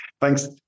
Thanks